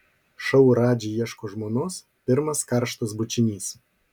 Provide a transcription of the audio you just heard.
šou radži ieško žmonos pirmas karštas bučinys